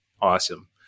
awesome